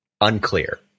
unclear